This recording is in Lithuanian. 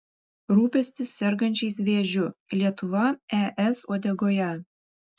rūpestis sergančiais vėžiu lietuva es uodegoje